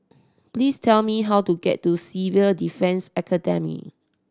please tell me how to get to Civil Defence Academy